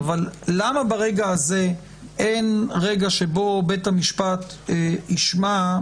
אבל למה ברגע הזה אין רגע שבו בית המשפט ישמע?